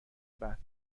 بعد